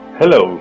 hello